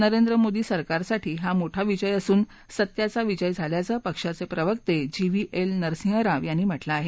नरेंद्र मोदी सरकारसाठी हा मोठा विजय असून सत्याचा विजय झाल्याचा पक्षाचे प्रवक्ते जी व्ही एल नरसिंहराव यांनी म्हटलं आहे